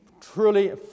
truly